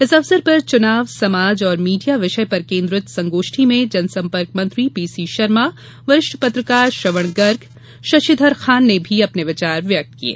इस अवसर पर चुनाव समाज और मीडिया विषय पर केन्द्रित संगोष्ठी में जनसंपर्क मंत्री पी सी शर्मा वरिष्ठ पत्रकार श्रंवण गर्ग शशिधर खान ने भी अपने विचार व्यक्त किये